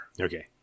Okay